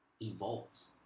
involves